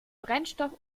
brennstoff